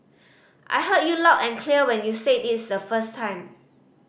I heard you loud and clear when you said is the first time